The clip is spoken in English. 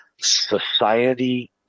Society